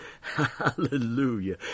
Hallelujah